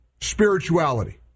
spirituality